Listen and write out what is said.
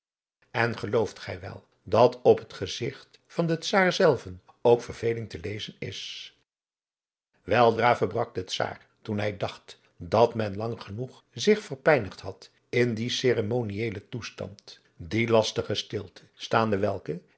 en gelooft gij wel dat op het gezigt van den czaar zelven ook verveling te lezen is weldra verbrak de czaar toen hij dacht dat men lang genoeg zich verpijnigd had in dien ceremonielen toestand die lastige stilte staande welke